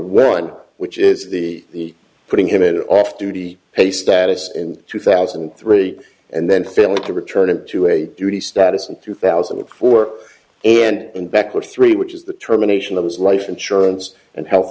one which is the putting him in an off duty pay status and two thousand and three and then failing to return it to a duty status in two thousand and four and backward three which is the terminations of his life insurance and health